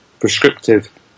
prescriptive